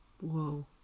Whoa